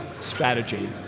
strategy